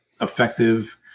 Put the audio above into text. effective